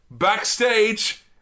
backstage